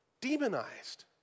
demonized